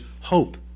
hope